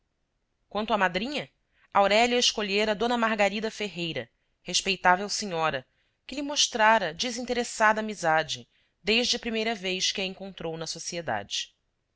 quanto à madrinha aurélia escolhera d margarida ferreira respeitável senhora que lhe mostrara desinteressada amizade desde a primeira vez que a encontrou na sociedade